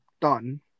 done